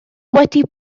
wedi